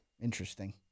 Interesting